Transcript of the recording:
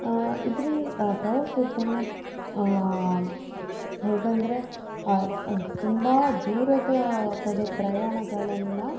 ಇದ್ರಿನ್ ಪ್ರವಾಸೋದ್ಯಮ ಹೇಗಂದರೆ ತುಂಬ ದೂರದ ಕಡೆ ಪ್ರಯಾಣಗಳನ್ನು